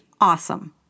awesome